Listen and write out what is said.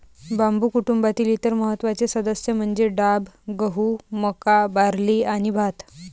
बांबू कुटुंबातील इतर महत्त्वाचे सदस्य म्हणजे डाब, गहू, मका, बार्ली आणि भात